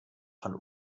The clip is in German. von